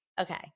Okay